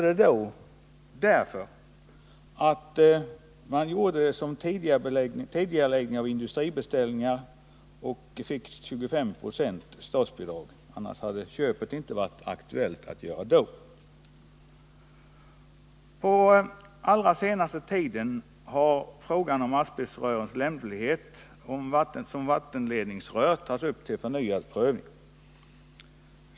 Det var en tidigareläggning av industribeställningar, och man fick då 25 96 statsbidrag. Annars hade det inte varit aktuellt att göra köpet vid denna tidpunkt. På allra senaste tiden har frågan om asbestcementrörens lämplighet som vattenledningsrör tagits upp till förnyad prövning.